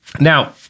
Now